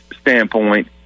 standpoint